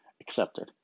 accepted